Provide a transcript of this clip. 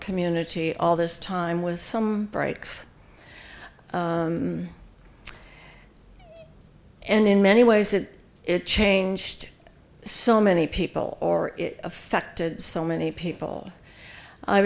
community all this time was some breaks and in many ways that it changed so many people or affected so many people i